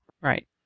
Right